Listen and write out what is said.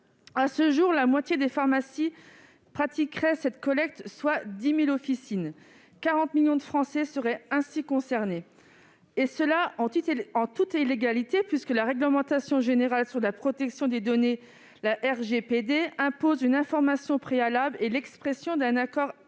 À ce jour, la moitié des pharmacies pratiqueraient cette collecte, soit 10 000 officines, et 40 millions de Français seraient ainsi concernés. Et cela en toute illégalité, puisque le règlement général sur la protection des données, le RGPD, impose une information préalable et l'expression d'un accord explicite